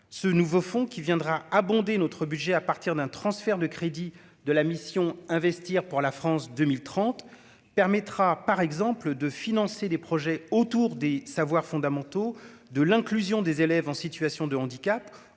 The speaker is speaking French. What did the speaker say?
ce nouveau fonds qui viendra abonder notre budget à partir d'un transfert de crédits de la mission investir pour la France 2030 permettra par exemple de financer des projets autour des savoirs fondamentaux de l'inclusion des élèves en situation de handicap